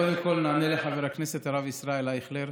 קודם כול, נענה לחבר הכנסת הרב ישראל אייכלר.